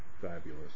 fabulous